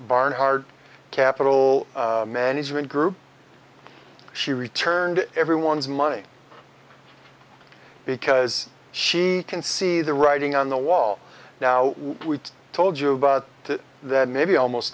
barnhart capital management group she returned everyone's money because she can see the writing on the wall now we told you about it that maybe almost